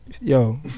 yo